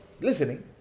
listening